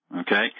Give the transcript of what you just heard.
Okay